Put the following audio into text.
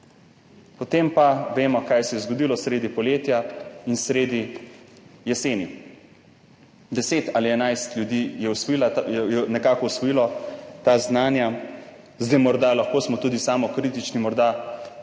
Potem pa vemo, kaj se je zgodilo sredi poletja in sredi jeseni, 10 ali 11 ljudi je nekako osvojilo ta znanja. Zdaj smo morda lahko tudi samokritični, morda